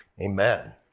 Amen